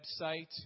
website